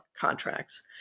contracts